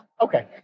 Okay